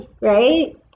right